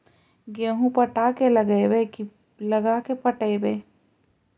गेहूं पटा के लगइबै की लगा के पटइबै?